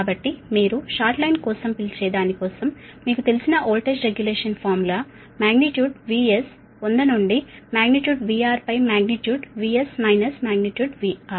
కాబట్టి మీరు short line కోసం పిలిచే దాని కోసం మీకు తెలిసిన voltage regulation formula magnitude VS 100 నుండి మాగ్నిట్యూడ్ VR పై magnitude VS minus magnitude VR